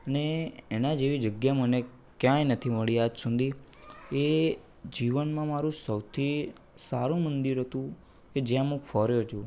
ને એના જેવી જગ્યા મને ક્યાંય નથી મળી આજ સુધી એ જીવનમાં મારું સૌથી સારું મંદિર હતું કે જ્યાં મું ફર્યો છું